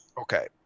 okay